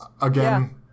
Again